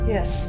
Yes